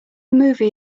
movie